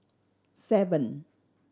seven